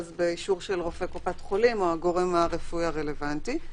באישור של רופא קופת חולים או הגורם הרפואי הרלוונטי,